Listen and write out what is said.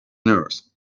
nurse